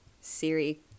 Siri